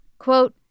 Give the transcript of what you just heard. Quote